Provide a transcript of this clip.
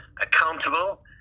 accountable